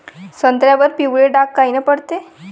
संत्र्यावर पिवळे डाग कायनं पडते?